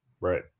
right